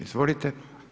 Izvolite.